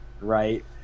Right